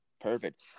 perfect